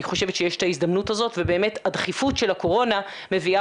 אני חושבת שיש את ההזדמנות הזאת ובאמת הדחיפות של הקורונה מביאה